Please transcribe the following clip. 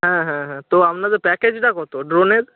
হ্যাঁ হ্যাঁ হ্যাঁ তো আপনাদের প্যাকেজটা কত ড্রোনের